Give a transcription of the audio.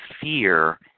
fear